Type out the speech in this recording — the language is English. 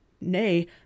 Nay